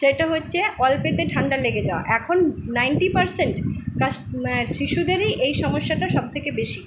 সেটা হচ্ছে অল্পেতে ঠান্ডা লেগে যাওয়া এখন নাইনটি পারসেন্ট শিশুদেরই এই সমস্যাটা সবথেকে বেশি